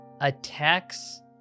attacks